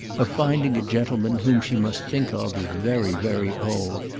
of finding a gentleman whom she must think of as very, very old,